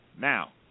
Now